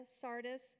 Sardis